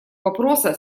вопроса